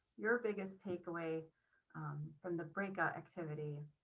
your biggest takeaway from the breakout activity?